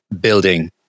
building